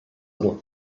little